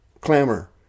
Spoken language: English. clamor